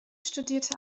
studierte